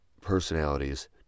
personalities